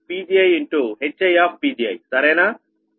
HiPgi సరేనా